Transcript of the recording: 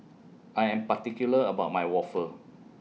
I Am particular about My Waffle